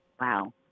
Wow